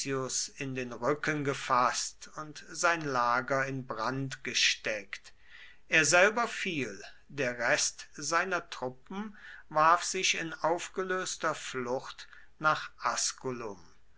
in den rücken gefaßt und sein lager in brand gesteckt er selber fiel der rest seiner truppen warf sich in aufgelöster flucht nach